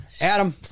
Adam